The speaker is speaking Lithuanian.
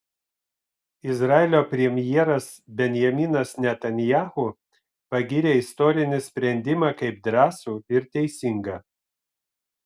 izraelio premjeras benjaminas netanyahu pagyrė istorinį sprendimą kaip drąsų ir teisingą